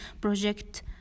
project